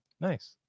Nice